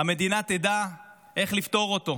המדינה תדע איך לפטור אותו.